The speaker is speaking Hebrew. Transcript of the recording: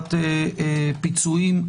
בהחלת פיצויים.